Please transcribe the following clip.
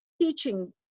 teaching